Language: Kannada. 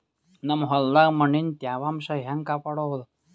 ನಮ್ ಹೊಲದಾಗ ಮಣ್ಣಿನ ತ್ಯಾವಾಂಶ ಹೆಂಗ ಕಾಪಾಡೋದು?